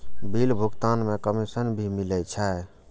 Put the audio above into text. Bill भुगतान में commission भी मिले छै?